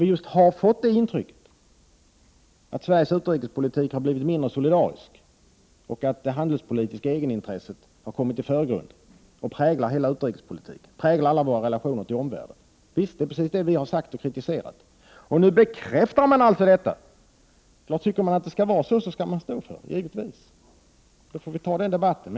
Vi har fått just det intrycket att Sveriges utrikespolitik har blivit mindre solidarisk och att det handelspolitiska egenintresset har kommit i förgrunden och präglar hela utrikespolitiken och alla våra relationer till omvärlden. Det är precis det vi har kritiserat, och nu bekräftas det alltså. Om man tycker att det skall vara så skall man naturligtvis stå för det, och då får vi ta den debatten.